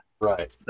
Right